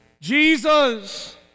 Jesus